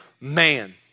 man